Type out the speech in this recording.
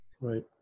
Right